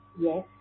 Yes